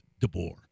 DeBoer